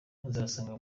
muzasanga